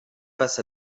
face